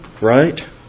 Right